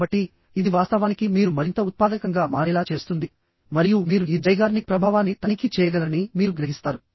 కాబట్టి ఇది వాస్తవానికి మీరు మరింత ఉత్పాదకంగా మారేలా చేస్తుంది మరియు మీరు ఈ జైగార్నిక్ ప్రభావాన్ని తనిఖీ చేయగలరని మీరు గ్రహిస్తారు